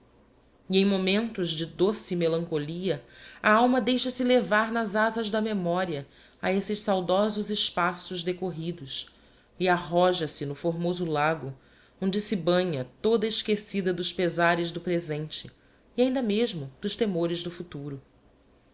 em momentos de doce malanchotia a alma deixa-se levar nas azas da memoria a esses saudosos espaços decorridos e arroja se no formoso lago onde se banha toda esquecida dos pezares do presente e ainda mesmo dos temores do futuro